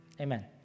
Amen